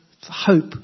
hope